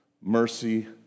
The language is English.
mercy